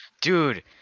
Dude